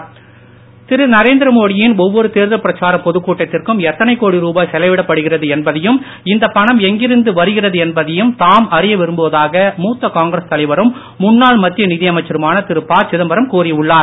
சிதம்பரம் திரு நரேந்திரமோடியின் ஒவ்வொரு தேர்தல் பிரச்சாரப் பொதுக் கூட்டத்திற்கும் எத்தனை கோடி ருபாய் செலவிடப்படுகிறது என்பதையும் இந்த பணம் எங்கிருந்து வருகிறது என்பதையும் தாம் அறிய விரும்புவதாக மூத்த காங்கிரஸ் தலைவரும் முன்னாள் மத்திய நிதியமைச்சருமான திரு ப சிதம்பரம் கூறி உள்ளார்